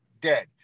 dead